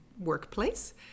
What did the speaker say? workplace